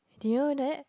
do you know that